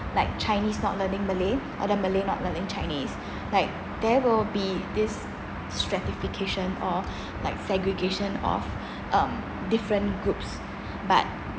like chinese not learning malay or the malay not learning chinese like there will be this stratification or like segregation of um different groups but